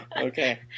Okay